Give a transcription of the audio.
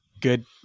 good